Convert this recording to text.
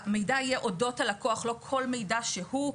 המידע יהיה אודות הלקוח, לא כל מידע שהוא.